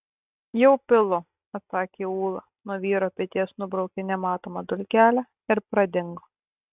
jau pilu atsakė ūla nuo vyro peties nubraukė nematomą dulkelę ir pradingo